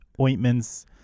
ointments